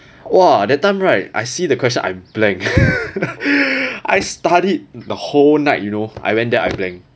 !wah! that time right I see the question I blank I studied the whole night you know I went there blank